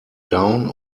down